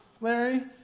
Larry